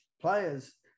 players